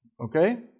Okay